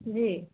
जी